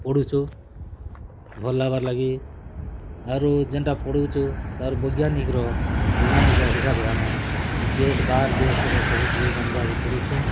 ପଢ଼ୁଛୁ ଭଲ୍ ହେବାର୍ ଲାଗି ଆରୁ ଯେନ୍ତା ପଢ଼ୁଛୁ ତାର ବୈଜ୍ଞାନିକ୍ ର ବୈଜ୍ଞାନିକ୍ ହିସାବେ ଆମେ ଦେଶ୍ ବାହାର୍ ଦେଶ୍ ର ସବୁ ଟିକେ ଜାନ୍ ବାକେ ପଢ଼ୁଛୁଁ